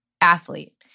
athlete